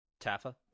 Taffa